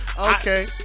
Okay